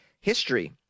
history